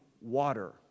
water